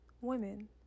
women